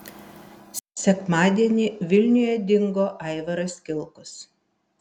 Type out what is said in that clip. sekmadienį vilniuje dingo aivaras kilkus